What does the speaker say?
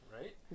Right